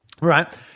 right